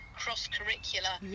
cross-curricular